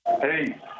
Hey